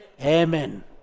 Amen